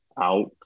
out